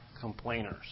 complainers